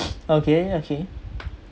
okay okay